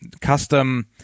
custom